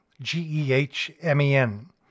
G-E-H-M-E-N